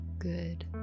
good